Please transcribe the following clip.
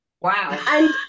Wow